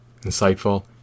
insightful